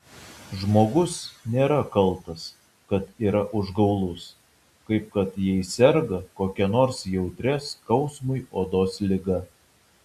žmogus nėra kaltas kad yra užgaulus kaip kad jei serga kokia nors jautria skausmui odos liga